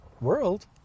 world